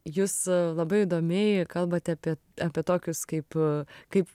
jūs labai įdomiai kalbat apie apie tokius kaip kaip